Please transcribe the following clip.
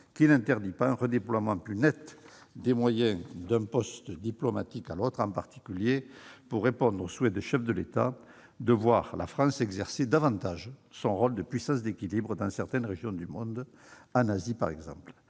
qui n'interdit pas un redéploiement plus net des moyens d'un poste diplomatique à un autre, en particulier pour répondre au souhait du chef de l'État de voir la France exercer davantage son rôle de puissance d'équilibre dans certaines régions du monde, en Asie par exemple.